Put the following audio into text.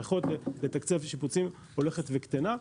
היכולת לתקצב שיפוצים הולכת וקטנה,